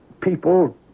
people